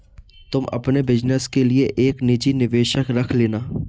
तुम अपने बिज़नस के लिए एक निजी निवेशक रख लेना